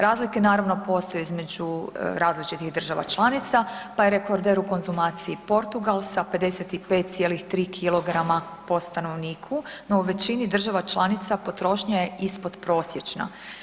Razlike naravno postoji između različitih država članica pa je rekorder u konzumaciji Portugal sa 55,3 kg po stanovniku no u većini država članica potrošnja je ispodprosječna.